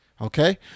Okay